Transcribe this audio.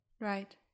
Right